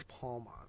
Palma